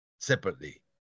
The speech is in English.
Separately